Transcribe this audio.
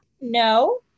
No